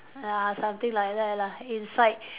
ya something like that lah inside